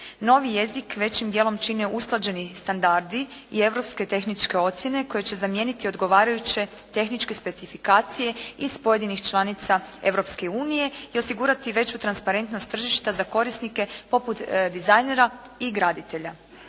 Novi jezik većim dijelom čine usklađeni standardi i europske tehničke ocjene koje će zamijeniti odgovarajuće tehničke specifikacije iz pojedinih članica Europske unije i osigurati veću transparentnost tržišta za korisnike poput dizajnera i graditelja.